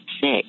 sick